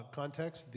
context